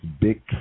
big